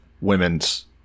women's